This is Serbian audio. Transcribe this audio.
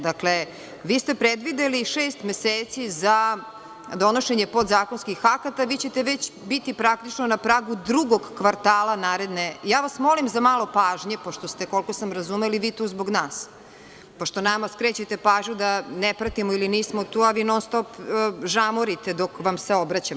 Dakle, vi ste predvideli šest meseci za donošenje podzakonskih akata i već ćete praktično biti na pragu drugog kvartala naredne... ja vas molim za malo pažnje pošto ste, koliko sam razumela, vi tu zbog nas, pošto nama skrećete pažnju da ne pratimo ili nismo tu, a vi stalno žamorite dok vam se obraćam.